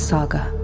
Saga